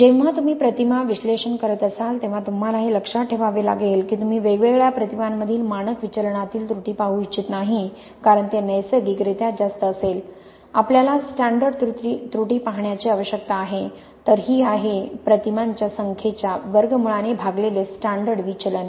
जेव्हा तुम्ही प्रतिमा विश्लेषण करत असाल तेव्हा तुम्हाला हे लक्षात ठेवावे लागेल की तुम्ही वेगवेगळ्या प्रतिमांमधील मानक विचलनातील त्रुटी पाहू इच्छित नाही कारण ते नैसर्गिकरित्या जास्त असेल आपल्याला स्टॅंडर्ड त्रुटी पाहण्याची आवश्यकता आहे तर ही आहे प्रतिमांच्या संख्येच्या वर्गमूळाने भागलेले स्टॅंडर्ड विचलन